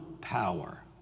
power